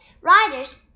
Riders